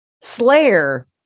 slayer